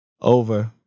Over